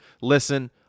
listen